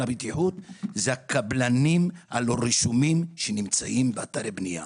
הבטיחות הוא הקבלנים הלא רשומים שנמצאים באתרי בנייה.